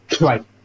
Right